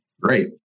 Great